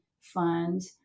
funds